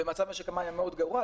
ומצב משק המים היה גרוע.